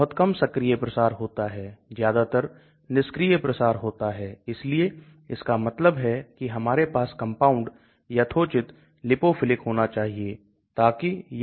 गलनांक भी घुलनशीलता को निर्धारित करता है क्योंकि गलनांक दवा के क्रिस्टलीकरण रुप इत्यादि के साथ संबंधित है